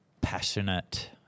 passionate